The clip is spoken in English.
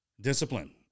Discipline